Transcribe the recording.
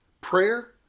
prayer